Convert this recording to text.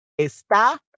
Está